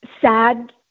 sad